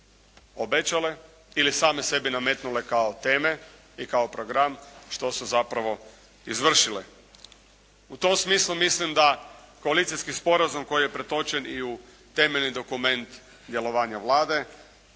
obećale ili same sebi nametnule kao teme i kao program, što su zapravo izvršile. U tom smislu mislim da koalicijski sporazum koji je pretočen i u temeljni dokument djelovanja Vlade